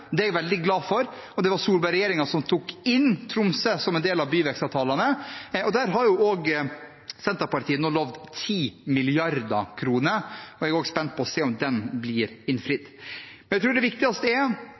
Det er jeg veldig glad for. Det var Solberg-regjeringen som tok inn Tromsø som en del av byvekstavtalene. Der har også Senterpartiet lovet 10 mrd. kr, og jeg er spent på å se om det blir innfridd. Jeg tror det viktigste er